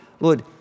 Lord